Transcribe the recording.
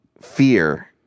Fear